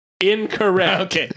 Incorrect